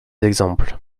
exemples